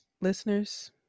listeners